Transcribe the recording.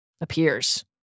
appears